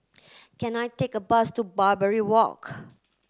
can I take a bus to Barbary Walk